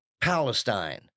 Palestine